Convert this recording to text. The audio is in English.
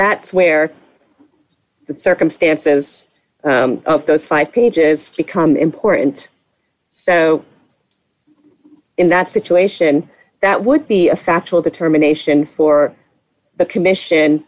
that's where the circumstances of those five pages become important so in that situation that would be a factual determination for the commission